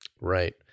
Right